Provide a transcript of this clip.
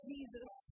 Jesus